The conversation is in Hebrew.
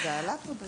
זה עלה פה.